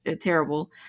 terrible